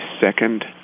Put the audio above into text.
second